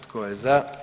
Tko je za?